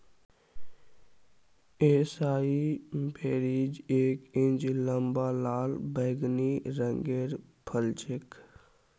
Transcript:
एसाई berries एक इंच लंबा लाल बैंगनी रंगेर फल छे